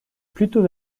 plutôt